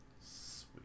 Sweet